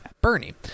bernie